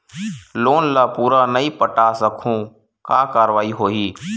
Loan ला पूरा नई पटा सकहुं का कारवाही होही?